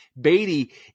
Beatty